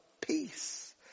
Peace